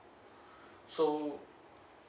so